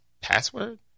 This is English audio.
password